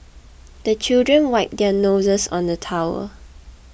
the children wipe their noses on the towel